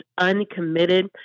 uncommitted